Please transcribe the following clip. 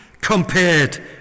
compared